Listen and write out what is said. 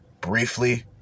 briefly